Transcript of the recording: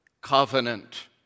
covenant